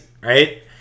right